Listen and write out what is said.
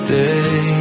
day